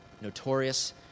notorious